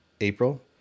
April